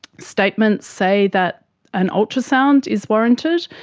statements say that an ultrasound is warranted,